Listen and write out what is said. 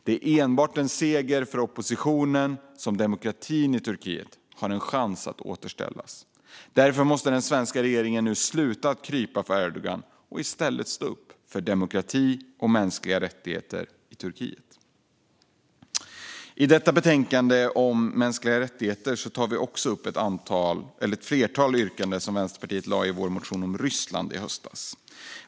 Det är enbart med en seger för oppositionen som demokratin i Turkiet har en chans att återställas. Därför måste den svenska regeringen nu sluta krypa för Erdogan och i stället stå upp för demokrati och mänskliga rättigheter i Turkiet. I detta betänkande om mänskliga rättigheter tar vi också upp ett flertal av de yrkanden som Vänsterpartiet hade i vår motion om Ryssland i höstas.